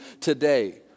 today